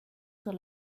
sur